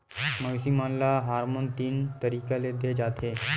मवेसी मन ल हारमोन तीन तरीका ले दे जाथे